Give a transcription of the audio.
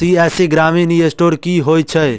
CSC ग्रामीण e store की होइ छै?